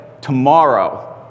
tomorrow